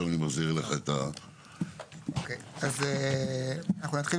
אנחנו נתחיל